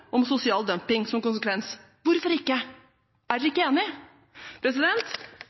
sosial dumping som konsekvens? Hvorfor ikke? Er dere ikke